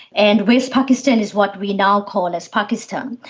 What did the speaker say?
and west pakistan is what we now call as pakistan.